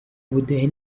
ubudehe